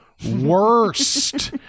worst